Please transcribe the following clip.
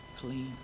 clean